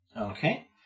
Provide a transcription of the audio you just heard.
Okay